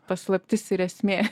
paslaptis ir esmė